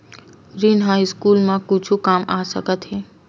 ऋण ह स्कूल मा कुछु काम आ सकत हे?